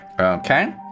Okay